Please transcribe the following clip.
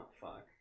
fuck